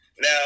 Now